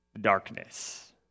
darkness